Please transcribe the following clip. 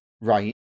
right